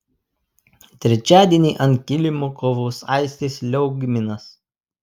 trečiadienį ant kilimo kovos aistis liaugminas